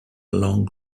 long